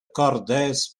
cordes